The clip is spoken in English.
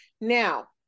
Now